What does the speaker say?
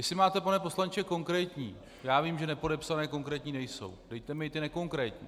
Jestli máte, pane poslanče, konkrétní já vím, že nepodepsané konkrétní nejsou, dejte mi i ty nekonkrétní.